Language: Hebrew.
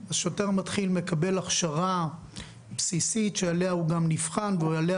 שוטר מתחיל מקבל הכשרה בסיסית שעליה הוא גם נבחן ועליה